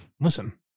listen